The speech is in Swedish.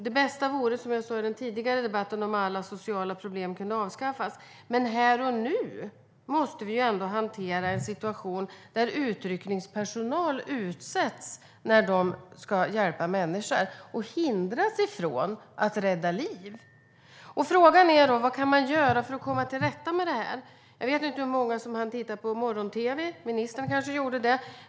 Det bästa vore som jag sa i den förra debatten om alla sociala problem kunde avskaffas, men här och nu måste vi ändå hantera en situation där utryckningspersonal utsätts när de ska hjälpa människor och hindras från att rädda liv. Frågan är vad man kan göra för att komma till rätta med det här. Jag vet inte hur många som hann titta på morgon-tv. Ministern kanske gjorde det.